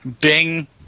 Bing